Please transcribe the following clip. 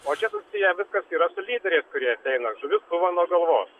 čia viskas susiję viskas yra su lyderiais kurie ateina žuvis pūva nuo galvos